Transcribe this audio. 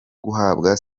guhabwa